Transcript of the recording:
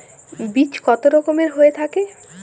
বীজ কত রকমের হয়ে থাকে?